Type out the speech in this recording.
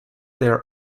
their